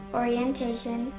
orientation